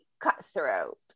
cutthroat